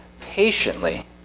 patiently